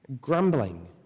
grumbling